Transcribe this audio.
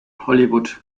hollywood